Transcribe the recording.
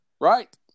right